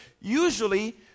usually